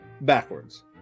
backwards